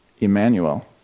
Emmanuel